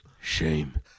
shame